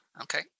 Okay